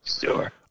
Sure